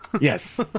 Yes